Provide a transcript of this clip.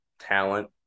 talent